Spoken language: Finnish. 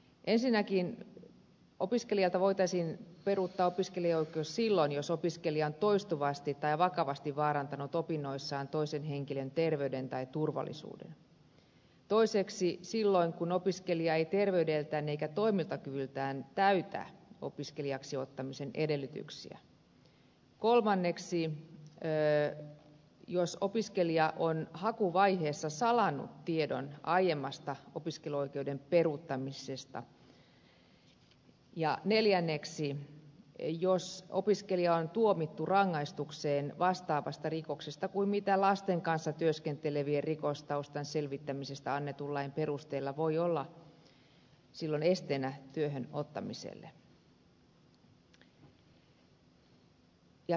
ensinnäkin opiskelijalta voitaisiin peruuttaa opiskeluoikeus silloin jos opiskelija on toistuvasti tai vakavasti vaarantanut opinnoissaan toisen henkilön terveyden tai turvallisuuden toiseksi silloin kun opiskelija ei terveydeltään eikä toimintakyvyltään täytä opiskelijaksi ottamisen edellytyksiä kolmanneksi jos opiskelija on hakuvaiheessa salannut tiedon aiemmasta opiskeluoikeuden peruuttamisesta neljänneksi jos opiskelija on tuomittu rangaistukseen vastaavasta rikoksesta joka lasten kanssa työskentelevien rikostaustan selvittämisestä annetun lain perusteella voi olla esteenä työhön ottamiselle